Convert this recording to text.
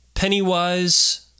Pennywise